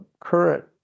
current